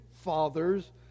fathers